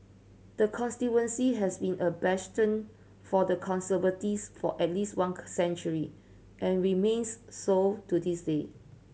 the constituency has been a bastion for the Conservatives for at least one century and remains so to this day